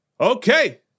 Okay